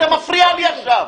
אתה מפריע לי עכשיו.